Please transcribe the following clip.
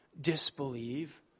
disbelieve